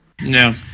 no